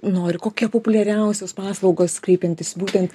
nori kokia populiariausios paslaugos kreipiantis būtent